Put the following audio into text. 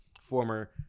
former